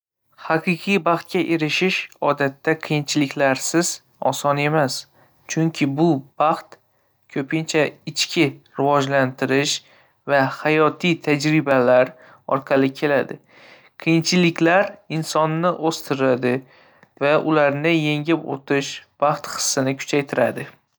Haqiqiy baxtga erishish odatda qiyinchiliklarsiz oson emas, chunki baxt ko‘pincha ichki rivojlanish va hayotiy tajribalar orqali keladi. Qiyinchiliklar insonni o‘stiradi va ularni yengib o‘tish baxt hissini kuchaytiradi.